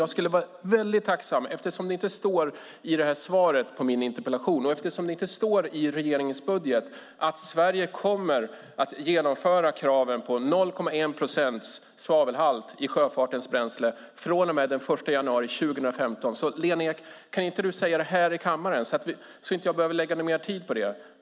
Jag skulle dock vara väldigt tacksam om hon gjorde det, eftersom det inte står i interpellationssvaret och inte heller i regeringens budget att Sverige kommer att införa kraven på 0,1 procents svavelhalt i sjöfartens bränsle från och med den 1 januari 2015. Lena Ek, kan du inte säga det här i kammaren, så att jag inte behöver lägga mer tid på det?